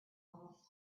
almost